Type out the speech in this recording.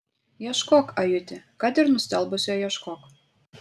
ieškok ajuti kad ir nustelbusio ieškok